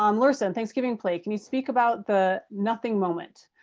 um larissa, in thanksgiving play can you speak about the nothing moment.